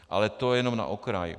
Ale to jenom na okraj.